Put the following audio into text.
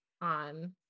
on